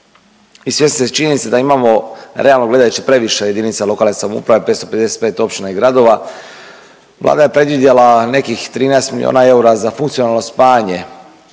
i svjesni ste činjenica da imamo realno gledajući previše jedinica lokalne samouprave 555 općina i gradova, Vlada je predvidjela nekih 13 milijuna eura za funkcionalno spajanje